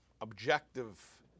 objective